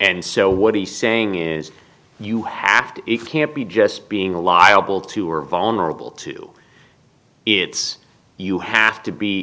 and so what he's saying is you have to it can't be just being a liability to are vulnerable to it's you have to be